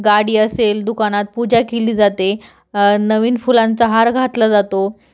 गाडी असेल दुकानात पूजा केली जाते नवीन फुलांचा हार घातला जातो